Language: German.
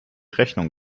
rechnung